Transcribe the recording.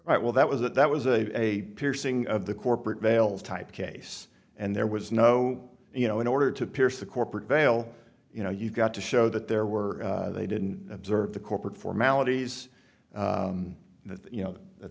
right well that was that that was a piercing of the corporate veil type case and there was no you know in order to pierce the corporate veil you know you've got to show that there were they didn't observe the corporate formalities that you know that